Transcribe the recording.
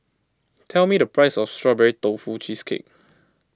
tell me the price of Strawberry Tofu Cheesecake